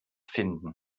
finden